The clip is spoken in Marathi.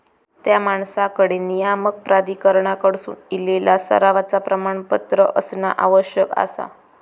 त्या माणसाकडे नियामक प्राधिकरणाकडसून इलेला सरावाचा प्रमाणपत्र असणा आवश्यक आसा